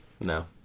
No